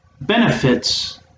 benefits